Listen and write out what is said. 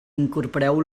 incorporeu